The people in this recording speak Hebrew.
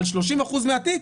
על 30% מהתיק,